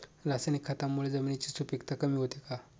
रासायनिक खतांमुळे जमिनीची सुपिकता कमी होते का?